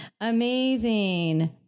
amazing